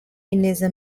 ineza